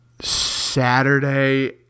Saturday